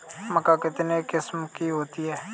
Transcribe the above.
मक्का कितने किस्म की होती है?